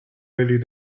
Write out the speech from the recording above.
ready